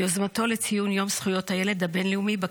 יוזמתו לציון היום הבין-לאומי לזכויות הילד בכנסת.